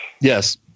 Yes